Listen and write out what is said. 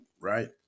right